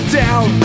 down